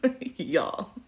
y'all